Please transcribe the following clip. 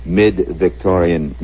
mid-Victorian